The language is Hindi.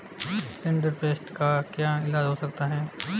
रिंडरपेस्ट का क्या इलाज हो सकता है